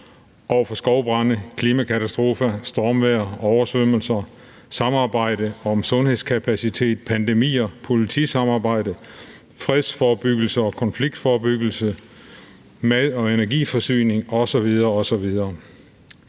mod skovbrande, klimakatastrofer, stormvejr, oversvømmelser, samarbejde om sundhedskapacitet, pandemier, politisamarbejde, fredsforskning og konfliktforebyggelse, mad- og energiforsyning osv. osv.